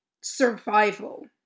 survival